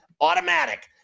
Automatic